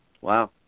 wow